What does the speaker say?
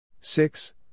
six